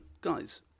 guys